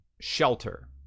shelter